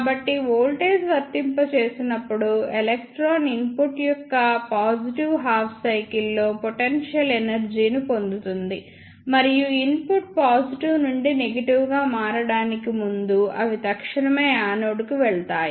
కాబట్టి వోల్టేజ్వర్తించినప్పుడు electron input యొక్క పాజిటివ్ హాఫ్ సైకిల్ లో పొటెన్షియల్ ఎనర్జీ ని పొందుతుంది మరియు ఇన్పుట్ పాజిటివ్ నుండి నెగిటివ్ గా మారడానికి ముందు అవి తక్షణమే యానోడ్కు వెళతాయి